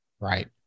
right